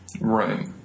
right